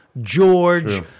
George